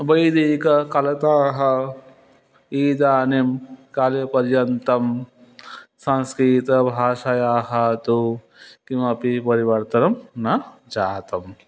वैदिककालतः इदानीं काले पर्यन्तं संस्कृतभाषायाः तु किमपि परिवर्तनं न जातम्